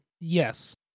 Yes